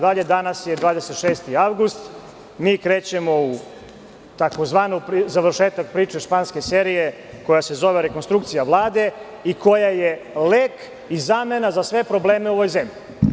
Danas je 26. avgust, mi krećemo u tzv. završetak priče španske serije koja se zove rekonstrukcija Vlade i koja je lek i zamena za sve probleme u ovoj zemlji.